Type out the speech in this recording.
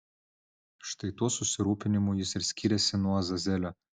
štai tuo susirūpinimu jis ir skyrėsi nuo azazelio